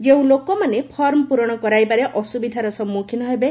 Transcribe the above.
ଯେଉଁ ଲୋକମାନେ ଫର୍ମ ପୂରଣ କରାଇବାରେ ଅସୁବିଧାର ସମ୍ମୁଖୀନ ହେବେ